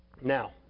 Now